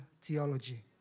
theology